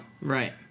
Right